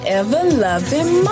ever-loving